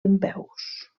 dempeus